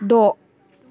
द'